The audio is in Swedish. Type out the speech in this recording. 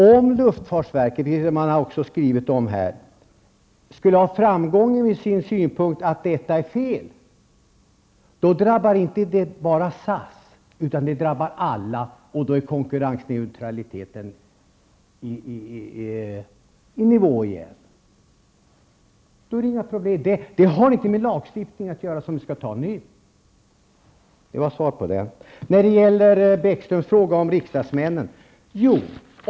Om luftfartsverket skulle ha framgång med sin synpunkt att detta är fel, då drabbas inte bara SAS utan alla andra, och då är konkurrensneutraliteten återställd. Då är det inga problem. Det har ingenting med lagstiftning att göra. Lars Bäckström frågade om frequent flyer-rabatter för riksdagsmän.